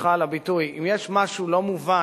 סליחה על הביטוי, אם יש משהו לא מובן,